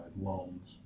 loans